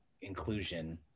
inclusion